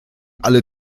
alle